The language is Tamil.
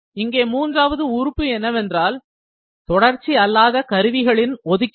இங்கே மூன்றாவது உறுப்பு என்னவென்றால் தொடர்ச்சியல்லாத கருவிகளின் ஒதுக்கீடு